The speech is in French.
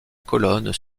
colonnes